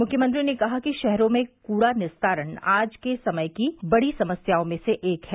मुख्यमंत्री ने कहा कि शहरों में कूड़ा निस्तारण आज के समय की बड़ी समस्याओं में से एक है